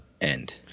end